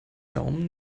daumen